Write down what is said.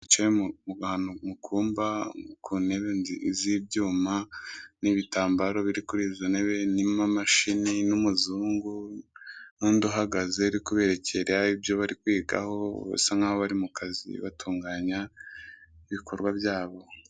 Bicaye ahantu mu kumba, ku ntebe z'ibyumba ziriho n'ibitambaro. Hariho imashini ndetse n'umuzungu uyicaye imbere ndetse n'undi umuhagaze amabere, bameze nk'aho bari mu kazi.